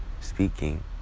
speaking